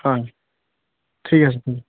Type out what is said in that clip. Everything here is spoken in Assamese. হয় ঠিক আছে